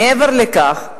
מעבר לכך,